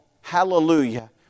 Hallelujah